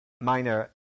minor